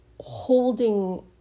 holding